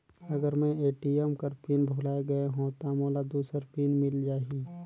अगर मैं ए.टी.एम कर पिन भुलाये गये हो ता मोला दूसर पिन मिल जाही?